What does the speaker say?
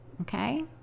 okay